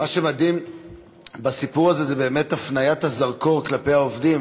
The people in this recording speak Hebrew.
מה שמדהים בסיפור הזה זה באמת הפניית הזרקור כלפי העובדים.